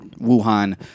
Wuhan